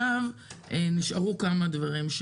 נשארו עוד כמה דברים,